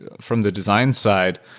from the design side,